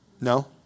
no